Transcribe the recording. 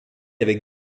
avec